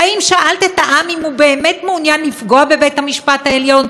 האם שאלת את העם אם הוא באמת מעוניין לפגוע בבית המשפט העליון?